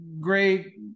great